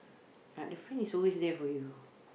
like the friend is always there for you